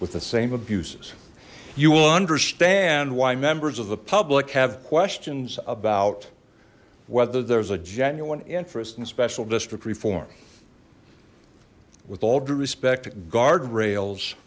with the same abuses you will understand why members of the public have questions about whether there's a genuine interest in special district reform with all due respect guardrails